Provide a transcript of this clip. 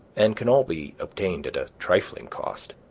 and can all be obtained at a trifling cost.